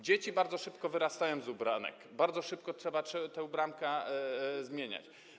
Dzieci bardzo szybko wyrastają z ubranek, bardzo szybko trzeba te ubranka zmieniać.